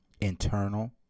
internal